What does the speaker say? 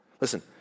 Listen